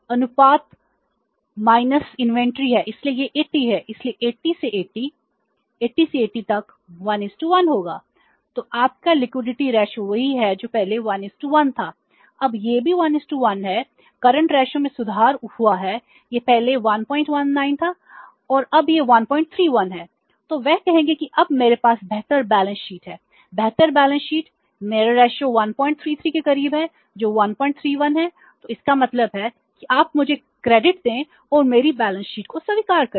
और लिक्विडिटी रेशों 133 के करीब है जो 131 है तो इसका मतलब है कि आप मुझे क्रेडिट दें और मेरी बैलेंस शीट को स्वीकार करें